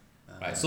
ah